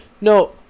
No